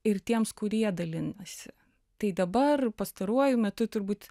ir tiems kurie dalinasi tai dabar pastaruoju metu turbūt